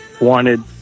wanted